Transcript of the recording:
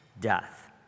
death